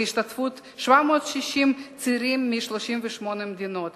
בהשתתפות 760 צירים מ-38 מדיניות,